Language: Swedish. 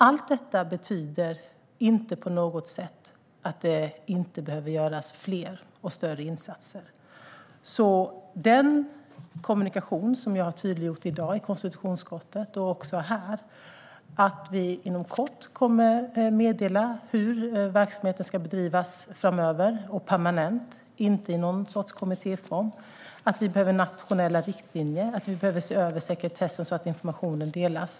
Allt detta betyder inte på något sätt att det inte behöver göras fler och större insatser. Den kommunikation som jag har tydliggjort i dag i konstitutionsutskottet och här är att vi inom kort kommer att meddela hur verksamheten ska bedrivas framöver. Det ska ske permanent, inte i någon sorts kommittéform. Vi behöver nationella riktlinjer, och vi behöver se över sekretessen så att informationen delas.